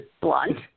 Blunt